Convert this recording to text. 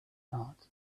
heart